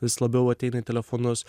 vis labiau ateina į telefonus